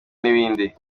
n’ibindi